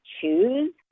choose